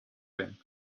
doing